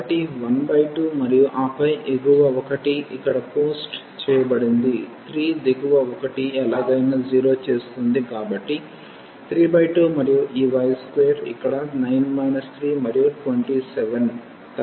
కాబట్టి 12 మరియు ఆపై ఎగువ ఒకటి ఇక్కడ పోస్ట్ చేయబడింది 3 దిగువ ఒకటి ఎలాగైనా 0 చేస్తుంది